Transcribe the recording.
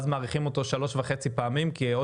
ואז מאריכים אותו שלוש וחצי פעמים עוד